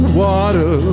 water